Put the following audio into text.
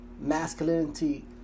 masculinity